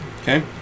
Okay